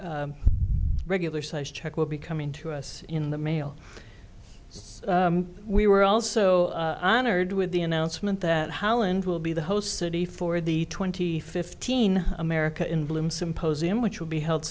that regular size check will be coming to us in the mail we were also honored with the announcement that holland will be the host city for the twenty fifteen america in bloom symposium which will be held